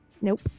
Nope